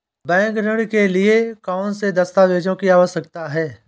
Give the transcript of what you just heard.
Bank ऋण के लिए कौन से दस्तावेजों की आवश्यकता है?